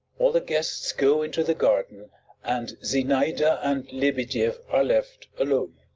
all the guests go into the garden and zinaida and lebedieff are left alone.